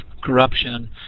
corruption